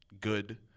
good